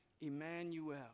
Emmanuel